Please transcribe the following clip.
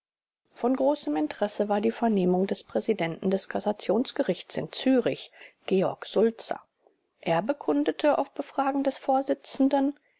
von großem interesse war die vernehmung des präsidenten des kassationsgerichts in zürich georg sulzer er bekundete auf befragen des vorsitzenden